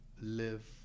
live